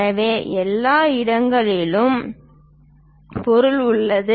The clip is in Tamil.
எனவே எல்லா இடங்களிலும் பொருள் உள்ளது